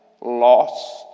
lost